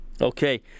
Okay